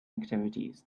activities